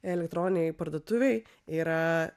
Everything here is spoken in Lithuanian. elektroninėj parduotuvėj yra